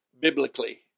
biblically